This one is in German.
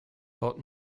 port